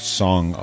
song